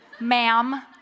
Ma'am